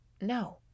No